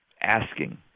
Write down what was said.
asking